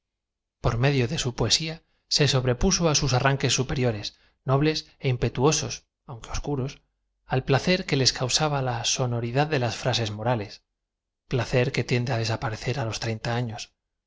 r medio de su poeaia se sobrepuso á sus arranques superiores nobles éirn petuosob aunque oscuros al placer que les causaba la sonoridad de las frases morales placer que tiende á desaparecer á loa treinta afios y gracias á ia pa